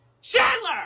Chandler